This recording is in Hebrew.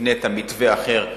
ותבנה את המתווה האחר,